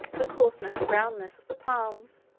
the coarseness and brownness of the palms,